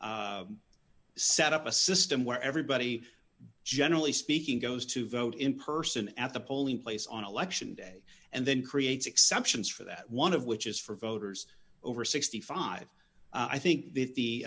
set up a system where everybody generally speaking goes to vote in person at the polling place on election day and then creates exceptions for that one of which is for voters over sixty five i think th